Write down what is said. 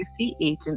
agency